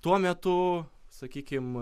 tuo metu sakykim